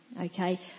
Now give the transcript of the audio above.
okay